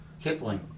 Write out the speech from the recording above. Kipling